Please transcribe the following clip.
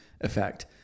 effect